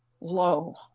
Lo